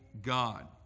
God